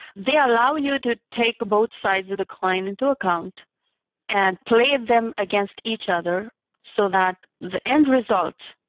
they allow you to take both sides of the coin into account and play them against each other so that the end result,